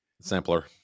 Sampler